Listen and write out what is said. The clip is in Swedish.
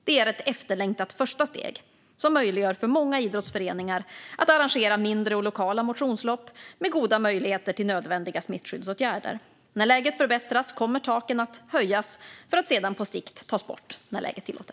Det är ett efterlängtat första steg som möjliggör för många idrottsföreningar att arrangera mindre och lokala motionslopp med goda möjligheter till nödvändiga smittskyddsåtgärder. När läget förbättras kommer taken att höjas för att sedan på sikt tas bort när läget tillåter.